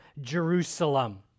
Jerusalem